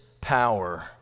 power